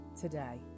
today